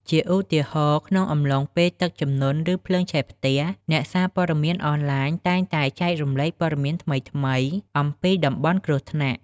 ជាឧទាហរណ៍ ក្នុងអំឡុងពេលទឹកជំនន់ ឬភ្លើងឆេះផ្ទះ អ្នកសារព័ត៌មានអនឡាញតែងតែចែករំលែកព័ត៌មានថ្មីៗអំពីតំបន់គ្រោះថ្នាក់។